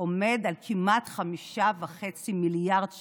עומד על כמעט 5.5 מיליארד שקלים.